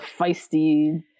Feisty